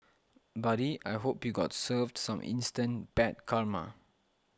buddy I hope you got served some instant bad karma